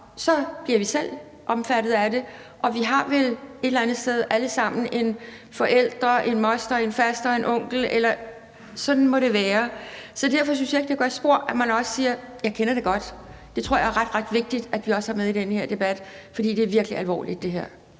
bliver vi selv omfattet af det, og vi har vel et eller andet sted alle sammen en forælder, en moster, en faster eller en onkel. Sådan må det være. Så derfor synes jeg ikke, det gør spor, at man også siger: Jeg kender det godt. Det tror jeg er ret vigtigt at vi også har med i den her debat, man for det her er virkelig alvorligt. Kl.